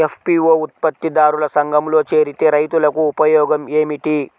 FPO ఉత్పత్తి దారుల సంఘములో చేరితే రైతులకు ఉపయోగము ఏమిటి?